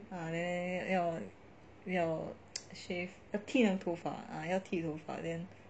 ah then 要要 shave 要剃头发 ah 要剃头发 then